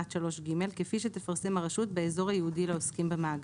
3(ג) כפי שתפרסם הרשות באזור הייעודי לעוסקים במאגר.